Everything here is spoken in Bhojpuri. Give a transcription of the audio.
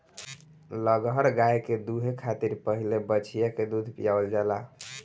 लगहर गाय के दूहे खातिर पहिले बछिया के दूध पियावल जाला